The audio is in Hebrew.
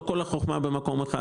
לא כל החוכמה במקום אחד.